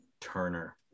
Turner